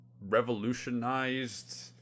revolutionized